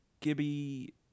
Gibby